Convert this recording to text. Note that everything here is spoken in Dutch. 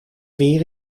weer